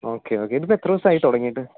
okay okay ഇതിപ്പോൾ എത്ര ദിവസം ആയി തുടങ്ങിയിട്ട്